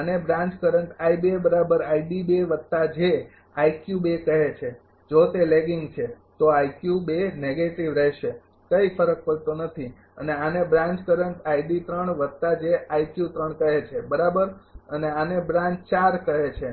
આને branch current કહે છે જો તે લેગિંગ છે તો નેગેટિવ રહેશે કઈ ફરક પડતો નથી અને આને બ્રાન્ચ કરંટ કહે છે બરાબર અને આને બ્રાન્ચ કહે